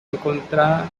encontrada